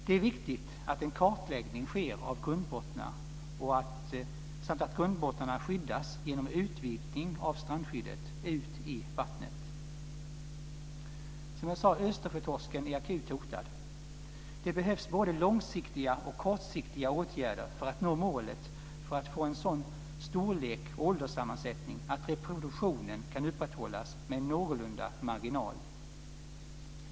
Det är viktigt att en kartläggning sker av grundbottnar samt att grundbottnarna skyddas genom utvidgning av strandskyddet ut i vattnet. Som jag sade är Östersjötorsken akut hotad. Det behövs både långsiktiga och kortsiktiga åtgärder för att nå målet att få en sådan storlek och ålderssammansättning att reproduktionen kan upprätthållas med någorlunda marginal.